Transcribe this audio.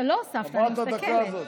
עברת את הדקה הזאת.